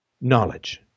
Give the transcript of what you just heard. knowledge